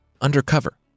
undercover